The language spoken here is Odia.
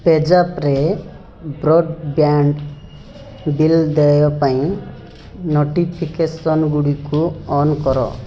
ପେଜାପରେ ବ୍ରଡ଼୍ବ୍ୟାଣ୍ଡ୍ ବିଲ୍ ଦେୟ ପାଇଁ ନୋଟିଫିକେସନଗୁଡ଼ିକୁ ଅନ୍ କର